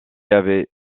avait